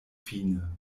fine